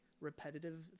repetitive